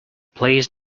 please